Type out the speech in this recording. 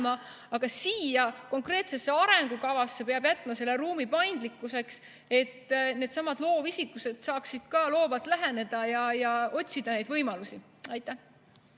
aga siia konkreetsesse arengukavasse peab jätma ruumi paindlikkuseks, et needsamad loovisikud saaksid loovalt läheneda ja otsida võimalusi. Jüri